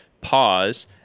pause